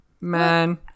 man